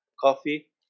coffee